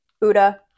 Buddha